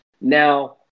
Now